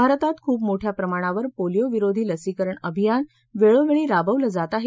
भारतात खूप मोठ्या प्रमाणावर पोलिओ विरोधी लसीकरण अभियान वेळोवेळी राबवलं जात आहे